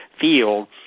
field